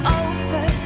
over